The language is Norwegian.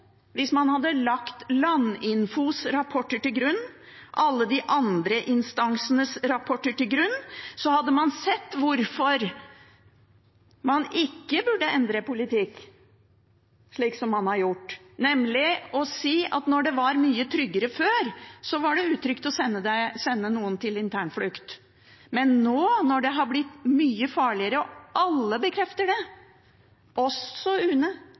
hvis man hadde lagt Landinfos og alle de andre instansenes rapporter til grunn, hadde man sett hvorfor man ikke burde endret politikk, slik man har gjort. Før, da det var mye tryggere, var det utrygt å sende noen til internflukt. Men nå, når det har blitt mye farligere og alle bekrefter det – også UNE,